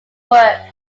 works